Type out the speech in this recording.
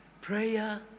prayer